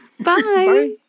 Bye